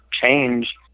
change